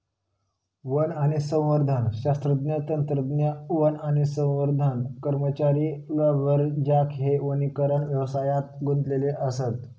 one आणि संवर्धन शास्त्रज्ञ, तंत्रज्ञ, वन आणि संवर्धन कर्मचारी, लांबरजॅक हे वनीकरण व्यवसायात गुंतलेले असत